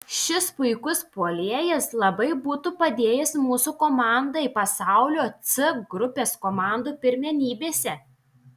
šis puikus puolėjas labai būtų padėjęs mūsų komandai pasaulio c grupės komandų pirmenybėse